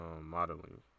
modeling